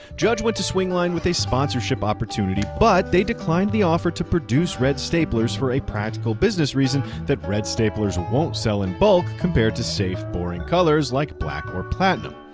judge went to swingline with a sponsorship opportunity. but they declined the offer to produce red staplers for a practical business reason that red staplers won't sell in bulk compared to safe boring colors like black or platinum.